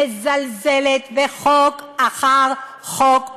מזלזלת בחוק אחר חוק,